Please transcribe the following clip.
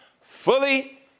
fully